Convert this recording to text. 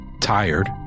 tired